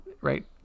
right